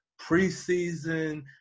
preseason